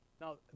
Now